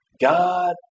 God